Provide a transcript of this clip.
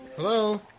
Hello